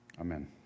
Amen